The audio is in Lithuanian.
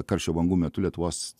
karščio bangų metu lietuvos